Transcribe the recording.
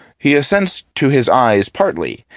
he assents to his eyes partly,